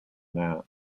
that